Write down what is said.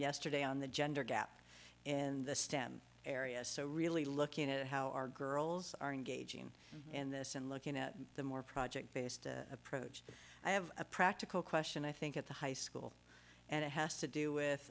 yesterday on the gender gap in the stem area so really looking at how our girls are engaging in this and looking at the more project based approach i have a practical question i think at the high school and it has to do with